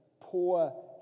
poor